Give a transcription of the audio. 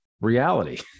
Reality